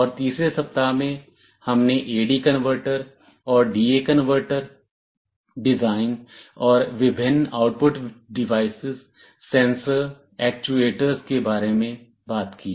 और तीसरे सप्ताह में हमने AD कनवर्टर और DA कनवर्टर डिजाइन और विभिन्न आउटपुट डिवाइस सेंसर और एक्चुएटर्स के बारे में बात की